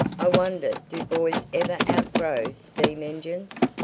i wonder do boys ever outgrow steam engines?